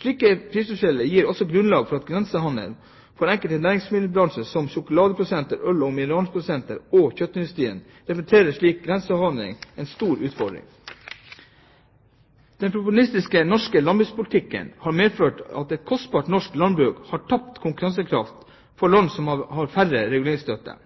Slike prisforskjeller gir også grunnlag for grensehandel. For enkelte næringsmiddelbransjer som sjokoladeprodusenter, øl- og mineralvannprodusenter og kjøttindustrien representerer slik grensehandel en stor utfordring. Den proteksjonistiske norske landbrukspolitikken har medført et kostbart norsk landbruk som har tapt konkurransekraft for land som har mindre reguleringsstøtte. Dette har